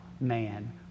man